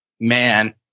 man